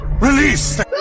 release